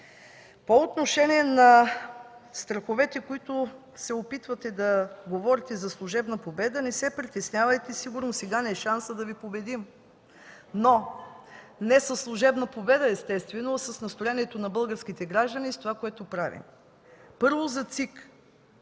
По отношение на страховете, които се опитвате да говорите, за служебна победа, не се притеснявайте, сигурно сега ни е шансът да Ви победим, но не със служебна победа естествено, а с настроението на българските граждани и с това, което правим. Първо – за ЦИК.